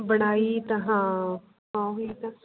ਬਣਾਈ ਤਾਂ ਹਾਂ ਹਾਂ ਉਹੀ ਤਾਂ